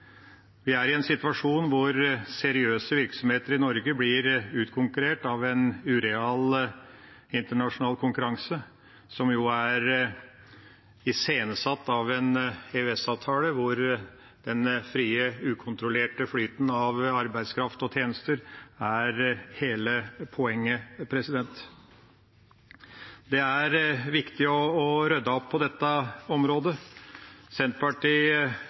Vi er i en situasjon der seriøse virksomheter i Norge blir utkonkurrert av en ureal internasjonal konkurranse som jo er iscenesatt av en EØS-avtale der den frie, ukontrollerte flyten av arbeidskraft og tjenester er hele poenget. Det er viktig å rydde opp på dette området. Senterpartiet